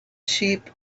sheep